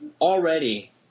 already